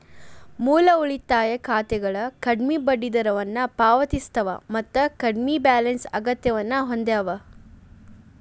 ಮೂಲ ಉಳಿತಾಯ ಖಾತೆಗಳ ಕಡ್ಮಿ ಬಡ್ಡಿದರವನ್ನ ಪಾವತಿಸ್ತವ ಮತ್ತ ಕಡ್ಮಿ ಬ್ಯಾಲೆನ್ಸ್ ಅಗತ್ಯವನ್ನ ಹೊಂದ್ಯದ